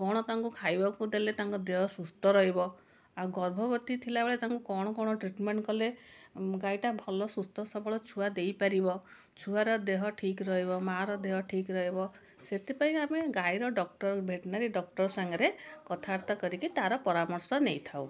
କ'ଣ ତାଙ୍କୁ ଖାଇବାକୁ ଦେଲେ ତାଙ୍କ ଦେହ ସୁସ୍ଥ ରହିବ ଆଉ ଗର୍ଭବତୀ ଥିଲାବେଳେ ତାଙ୍କୁ କ'ଣ କ'ଣ ଟ୍ରିଟମେଣ୍ଟ୍ କଲେ ଗାଈଟା ଭଲ ସୁସ୍ଥ ସବଳ ଛୁଆ ଦେଇପାରିବ ଛୁଆର ଦେହ ଠିକ୍ ରହିବ ମାର ଦେହ ଠିକ୍ ରହିବ ସେଥିପାଇଁ ଆମେ ଗାଈର ଡକ୍ଟର୍ ଭେଟନାରୀ ଡକ୍ଟର୍ ସାଙ୍ଗରେ କଥାବାର୍ତ୍ତା କରିକି ତାର ପରାମର୍ଶ ନେଇଥାଉ